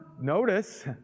notice